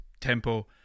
tempo